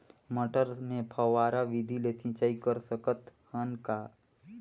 मटर मे फव्वारा विधि ले सिंचाई कर सकत हन का?